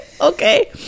Okay